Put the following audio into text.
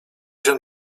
się